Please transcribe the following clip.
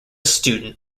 student